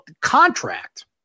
contract